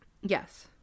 Yes